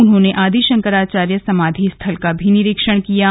उन्होंने आदि शंकराचार्य समाधि स्थल का भी निरीक्षण कियाँ